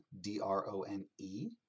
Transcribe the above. D-R-O-N-E